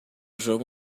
jogo